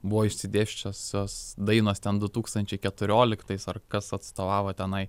buvo išsidėsčiusiosios dainos ten du tūkstančiai keturioliktais ar kas atstovavo tenai